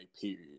period